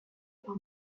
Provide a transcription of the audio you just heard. par